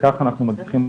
במידה ונצטרך,